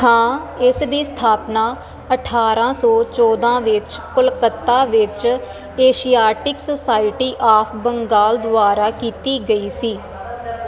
ਹਾਂ ਇਸ ਦੀ ਸਥਾਪਨਾ ਅਠਾਰ੍ਹਾਂ ਸੌ ਚੌਦਾਂ ਵਿੱਚ ਕੋਲਕਾਤਾ ਵਿੱਚ ਏਸ਼ੀਆਟਿਕ ਸੋਸਾਇਟੀ ਆਫ਼ ਬੰਗਾਲ ਦੁਆਰਾ ਕੀਤੀ ਗਈ ਸੀ